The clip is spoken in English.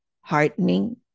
heartening